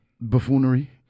buffoonery